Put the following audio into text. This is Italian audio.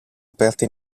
aperte